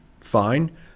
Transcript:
fine